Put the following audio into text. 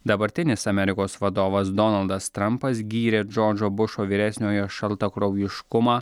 dabartinis amerikos vadovas donaldas trampas gyrė džordžo bušo vyresniojo šaltakraujiškumą